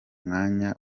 mwanya